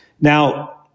Now